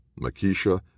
Makisha